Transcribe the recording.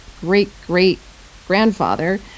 great-great-grandfather